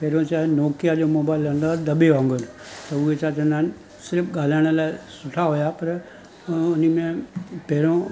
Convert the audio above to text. पहिरियों छा आहे नौकिया जो मोबाइल हूंदा हुआ दॿे वांग़ुरु त उहे छा चवंदा आहिनि सिर्फ़ ॻाल्हाइण लाइ सुठा होया पर हुन में पहिरियों